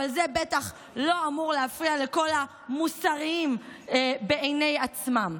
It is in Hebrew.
אבל זה בטח לא אמור להפריע לכל המוסריים בעיני עצמם.